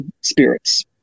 spirits